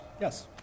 Yes